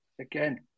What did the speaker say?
again